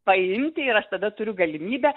paimti ir aš tada turiu galimybę